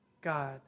God